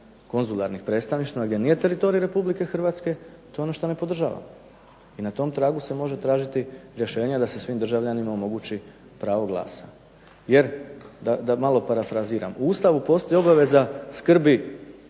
konzularnih predstavništva gdje nije teritorij RH to je ono što ne podržavam. I na tom tragu se može tražiti rješenje da se svim državljanima omogući pravo glasa jer da malo parafraziram, u Ustavu postoji obaveza skrbi